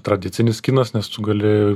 tradicinis kinas nes tu gali